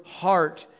heart